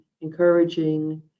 encouraging